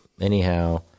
anyhow